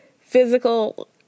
physical